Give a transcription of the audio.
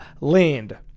land